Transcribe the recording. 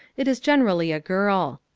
it is generally a girl.